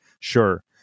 Sure